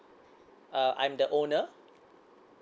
uh I'm the owner